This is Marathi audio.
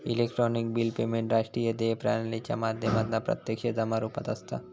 इलेक्ट्रॉनिक बिल पेमेंट राष्ट्रीय देय प्रणालीच्या माध्यमातना प्रत्यक्ष जमा रुपात असता